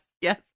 Yes